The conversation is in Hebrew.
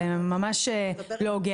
זה ממש לא הוגן.